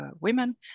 women